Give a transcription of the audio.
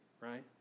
right